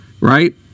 right